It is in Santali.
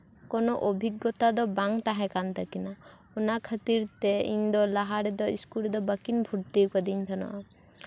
ᱠᱳᱱᱳ ᱚᱵᱷᱤᱜᱽᱜᱚᱛᱟ ᱫᱚ ᱵᱟᱝ ᱛᱟᱦᱮᱸᱠᱟᱱ ᱛᱟᱹᱠᱤᱱᱟ ᱚᱱᱟ ᱠᱷᱟᱹᱛᱤᱨ ᱛᱮ ᱤᱧᱫᱚ ᱞᱟᱦᱟ ᱨᱮᱫᱚ ᱤᱥᱠᱩᱞ ᱨᱮᱫᱚ ᱵᱟᱹᱠᱤᱱ ᱵᱷᱩᱨᱛᱤ ᱟᱠᱟᱹᱫᱤᱧ ᱛᱟᱦᱮᱱᱟ